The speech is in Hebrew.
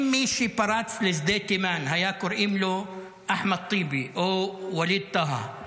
אם למי שפרץ לשדה תימן היו קוראים אחמד טיבי או ווליד טאהא,